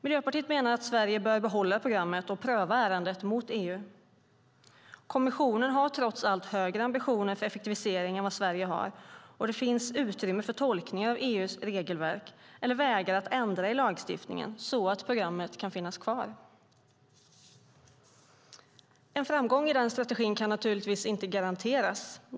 Miljöpartiet menar att Sverige bör behålla programmet och pröva ärendet mot EU. Kommissionen har trots allt högre ambitioner för effektivisering än vad Sverige har, och det finns utrymme för tolkningar av EU:s regelverk eller vägar att ändra i lagstiftningen så att programmet kan finnas kvar. En framgång i den strategin kan naturligtvis inte garanteras.